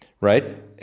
right